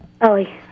Ellie